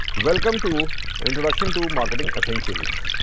welcome to introduction to marketing essentials.